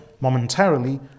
momentarily